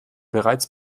bereits